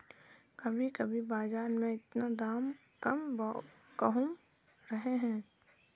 कभी कभी बाजार में इतना दाम कम कहुम रहे है?